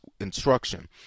instruction